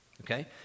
Okay